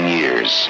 years